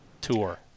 tour